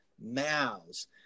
mouths